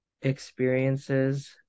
experiences